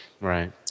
Right